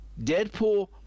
Deadpool